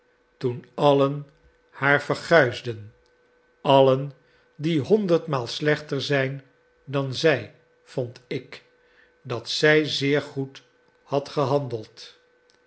toen allen haar verguisden allen die honderdmaal slechter zijn dan zij vond ik dat zij zeer goed had gehandeld